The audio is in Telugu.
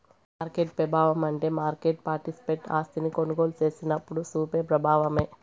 మార్కెట్ పెబావమంటే మార్కెట్ పార్టిసిపెంట్ ఆస్తిని కొనుగోలు సేసినప్పుడు సూపే ప్రబావమే